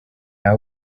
nta